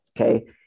okay